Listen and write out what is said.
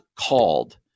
called